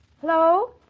Hello